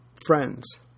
friends